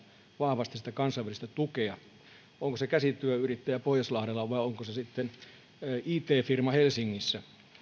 vahvasti kansainvälistä tukea on se sitten käsityöyrittäjä pohjaslahdella tai it firma helsingissä